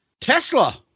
Tesla